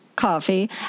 coffee